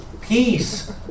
Peace